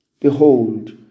Behold